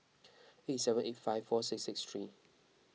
eight seven eight five four six six three